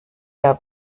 der